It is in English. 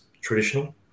traditional